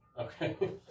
Okay